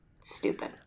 stupid